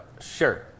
sure